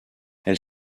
elle